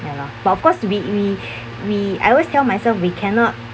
ya lor but of course to be we we I always tell myself we cannot